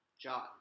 John